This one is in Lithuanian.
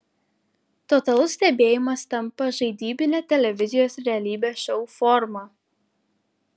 totalus stebėjimas tampa žaidybine televizijos realybės šou forma